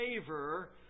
favor